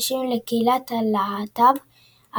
לנשים ולקהילת הלהט"ב,